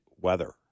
weather